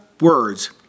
words